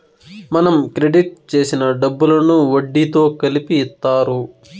మనం క్రెడిట్ చేసిన డబ్బులను వడ్డీతో కలిపి ఇత్తారు